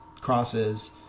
crosses